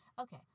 okay